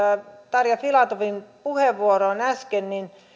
tarja filatovin puheenvuoroon äsken